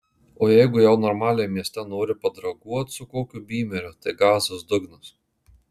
o jeigu jau normaliai mieste nori padraguot su kokiu bymeriu tai gazas dugnas